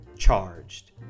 charged